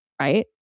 right